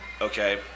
okay